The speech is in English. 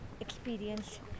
experience